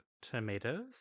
tomatoes